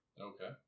Okay